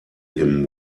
him